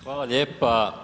Hvala lijepa.